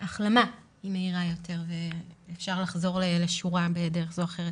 ההחלמה היא מהירה יותר ואפשר לחזור לשורה בדרך זו או אחרת.